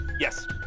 Yes